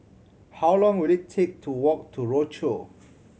how long will it take to walk to Rochor